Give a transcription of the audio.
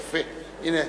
יפה, הנה